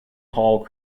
hall